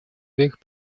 вверх